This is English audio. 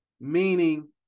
meaning